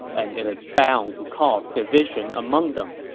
and it's bound to cause division among them.